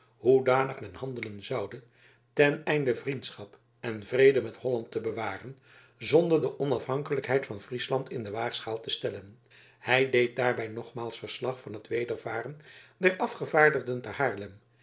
hoedanig men handelen zoude ten einde vriendschap en vrede met holland te bewaren zonder de onafhankelijkheid van friesland in de waagschaal te stellen hij deed daarbij nogmaals verslag van het wedervaren der afgevaardigden te haarlem